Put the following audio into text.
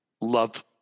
love